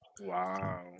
wow